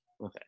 Okay